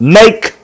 make